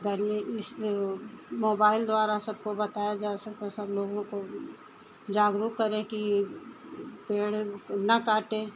गर्मी इसमें मोबाइल द्वारा सबको बताया जा सके सब लोगों को जागरूक करें कि पेड़ न काटें